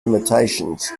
limitations